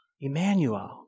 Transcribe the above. Emmanuel